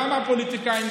גם הפוליטיקאים,